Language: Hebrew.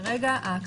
כפי שאומר היושב-ראש,